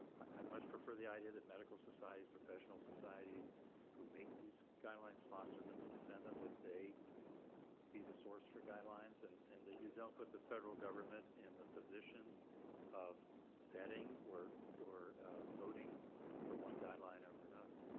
i much prefer the idea that medical societies, professional societies who make these guidelines foster them and defend them. that they be the source for guidelines and and that you don't put the federal government in the position of vetting or or voting for one guideline over another.